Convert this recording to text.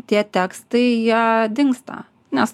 tie tekstai jie dingsta nes